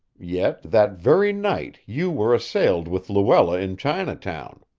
yet that very night you were assailed with luella in chinatown.